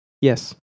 yes